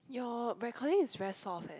your recording is very soft eh